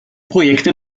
projekte